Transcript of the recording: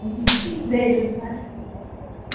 जी जी जय झूलेलाल